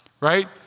right